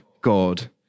God